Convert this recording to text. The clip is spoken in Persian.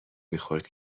میخورد